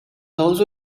also